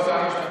תודה רבה,